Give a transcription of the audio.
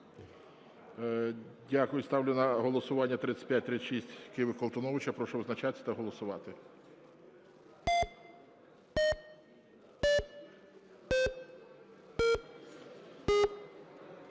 Дякую. Ставлю на голосування 3559, Колтуновича. Прошу визначатись та голосувати.